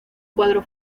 cuadro